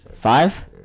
Five